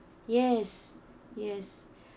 yes yes